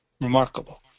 remarkable